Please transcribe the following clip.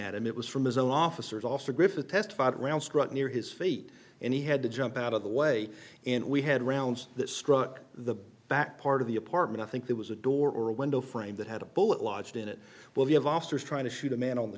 at him it was from his own officers also griffith testified around struck near his feet and he had to jump out of the way and we had rounds that struck the back part of the apartment i think that was a door or a window frame that had a bullet lodged in it will he have officers trying to shoot a man on the